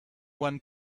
one